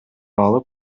алып